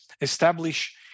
establish